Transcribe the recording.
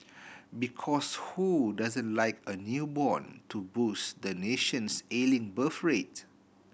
because who doesn't like a newborn to boost the nation's ailing birth rate